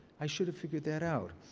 i should have figured that out.